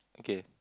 okay